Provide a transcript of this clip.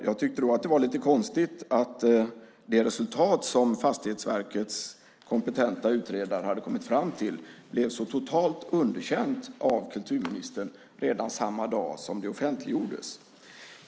Jag tyckte då att det var lite konstigt att det resultat som Fastighetsverkets kompetenta utredare kommit fram till blev så totalt underkänt av kulturministern redan samma dag som det offentliggjordes.